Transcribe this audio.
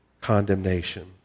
condemnation